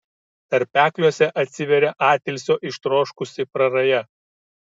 tarpekliuose atsiveria atilsio ištroškusi praraja